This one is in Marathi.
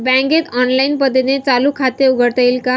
बँकेत ऑनलाईन पद्धतीने चालू खाते उघडता येईल का?